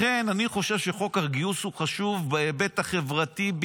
לכן אני חושב שחוק הגיוס הוא חשוב בעיקר בהיבט החברתי.